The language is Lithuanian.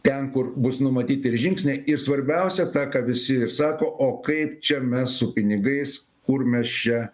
ten kur bus numatyti ir žingsniai ir svarbiausia tą ką visi sako o kaip čia mes su pinigais kur mes čia